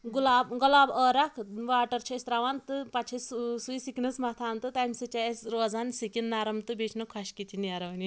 گُلاب گۄلاب عٲرَق واٹَر چھِ أسۍ ترٛاوان تہٕ پَتہٕ چھِ أسۍ ٲں سُے سِکنَس مَتھان تہٕ تَمہِ سۭتۍ چھُ اسہِ روزان سِکِن نَرٕم تہٕ بیٚیہِ چھِنہٕ خۄشکی تہِ نیرانی